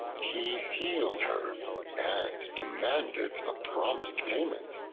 he healed her and demanded the promised payment.